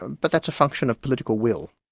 but that's a function of political will.